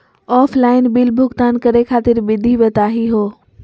Offline bill भुगतान करे खातिर विधि बताही हो?